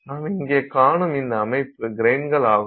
நாம் இங்கே காணும் இந்த அமைப்பு கிரைன்களாகும்